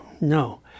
no